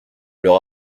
leur